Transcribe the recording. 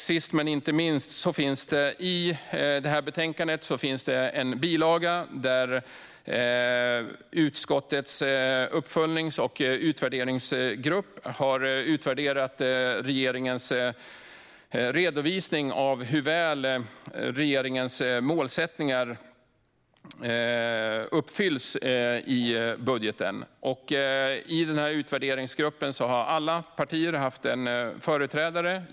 Sist men inte minst finns det i det här betänkandet en bilaga där utskottets uppföljnings och utvärderingsgrupp har utvärderat regeringens redovisning av hur väl regeringens målsättningar uppfylls i budgeten. I den här utvärderingsgruppen har alla partier haft en företrädare.